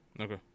Okay